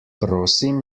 prosim